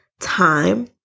time